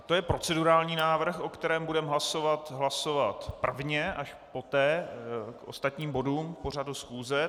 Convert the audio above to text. To je procedurální návrh, o kterém budeme hlasovat prvně, až poté k ostatním bodům pořadu schůze.